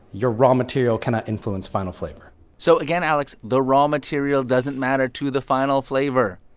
your raw material cannot influence final flavor so again, alex, the raw material doesn't matter to the final flavor.